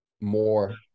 more